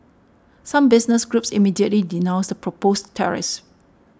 some business groups immediately denounced the proposed tariffs